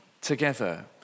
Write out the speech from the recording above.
together